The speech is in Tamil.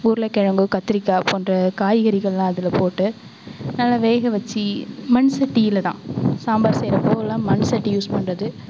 உருளைக்கெழங்கு கத்திரிக்காய் போன்ற காய்கறிகள் எல்லாம் அதில் போட்டு நல்லா வேகவச்சு மண் சட்டியில்தான் சாம்பார் செய்யறப்போ எல்லாம் மண் சட்டி யூஸ் பண்ணுறது